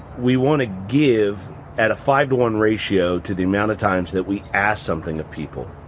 we wanna give at a five to one ratio to the amount of times that we ask something of people.